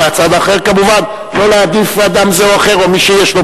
ומן הצד האחר כמובן לא להעדיף אדם זה או אחר או מי שיש לו